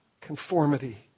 Conformity